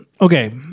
okay